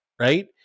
Right